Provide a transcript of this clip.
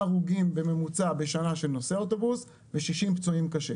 הרוגים בממוצע בשנה של נוסעי האוטובוס ו-60 פצועים קשה.